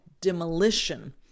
demolition